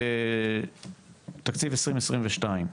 תקציב 2022,